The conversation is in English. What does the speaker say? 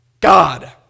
God